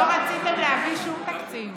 לא רציתם להביא שום תקציב.